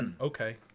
Okay